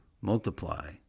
multiply